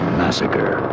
massacre